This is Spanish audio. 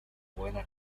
buena